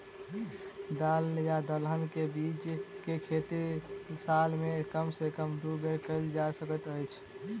दल या दलहन केँ के बीज केँ खेती साल मे कम सँ कम दु बेर कैल जाय सकैत अछि?